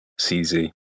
CZ